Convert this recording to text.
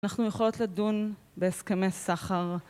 אנחנו יכולות לדון בהסכמי סחר.